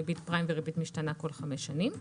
ריבית פריים וריבית משתנה כל חמש שנים.